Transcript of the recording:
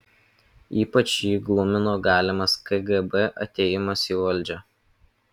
ypač jį glumino galimas kgb atėjimas į valdžią